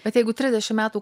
bet jeigu trisdešim metų